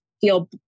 feel